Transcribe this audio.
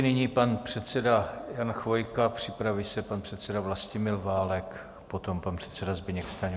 Nyní pan předseda Jan Chvojka, připraví se pan předseda Vlastimil Válek, potom pan předseda Zbyněk Stanjura.